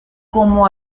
como